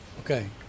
Okay